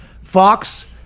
fox